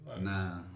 Nah